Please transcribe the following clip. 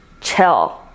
chill